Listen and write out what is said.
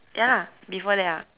ya lah before that ah